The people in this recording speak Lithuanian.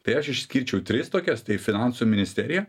tai aš išskirčiau tris tokias tai finansų ministerija